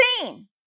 seen